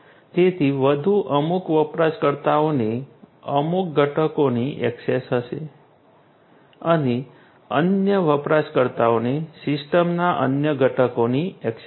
તેથી વધુ અમુક વપરાશકર્તાઓને અમુક ઘટકોની ઍક્સેસ હશે અને અન્ય વપરાશકર્તાઓને સિસ્ટમના અન્ય ઘટકોની ઍક્સેસ હશે